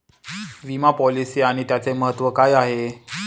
विमा पॉलिसी आणि त्याचे महत्व काय आहे?